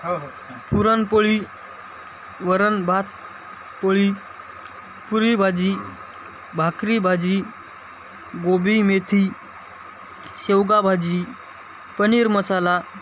हो हो पुरणपोळी वरणभात पोळी पुरीभाजी भाकरीभाजी कोबीमेथी शेवगाभाजी पनीर मसाला